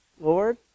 Lord